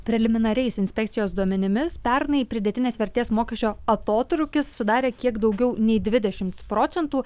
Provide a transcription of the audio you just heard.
preliminariais inspekcijos duomenimis pernai pridėtinės vertės mokesčio atotrūkis sudarė kiek daugiau nei dvidešimt procentų